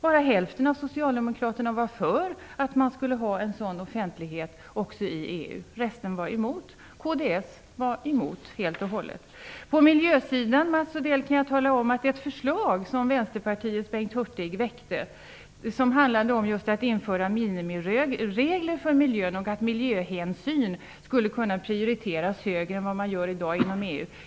Bara hälften av socialdemokraterna var för att man skulle ha en sådan offentlighet också i EU. Resten var emot. Kds var emot helt och hållet. Vänsterpartiets Bengt Hurtig väckte ett förslag som handlade om att införa minimiregler för miljön och att miljöhänsyn skulle kunna prioriteras högre än i dag inom EU.